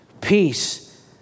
Peace